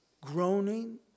groaning